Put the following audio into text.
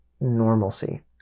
normalcy